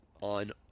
on